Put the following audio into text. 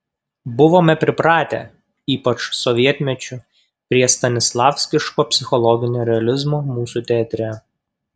buvome pripratę ypač sovietmečiu prie stanislavskiško psichologinio realizmo mūsų teatre